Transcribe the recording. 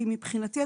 כי מבחינתי,